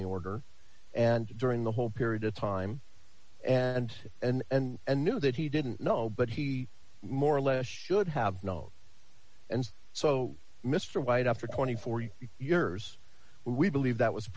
the order and during the whole period of time and and and knew that he didn't know but he more or less should have known and so mr white after twenty four years we believe that was